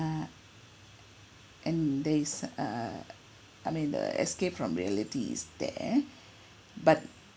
uh and there is uh I mean the escape from reality is there but